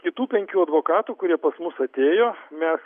kitų penkių advokatų kurie pas mus atėjo mes